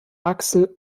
axel